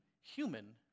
human